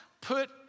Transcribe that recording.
put